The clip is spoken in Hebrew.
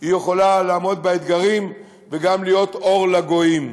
יכולה לעמוד באתגרים וגם להיות אור לגויים.